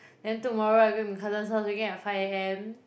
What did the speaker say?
then tomorrow I going my cousin's house again at five a_m